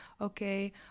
okay